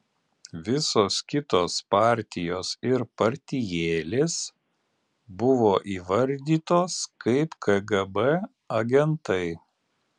visos kitos partijos ir partijėlės buvo įvardytos kaip kgb agentai